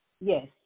Yes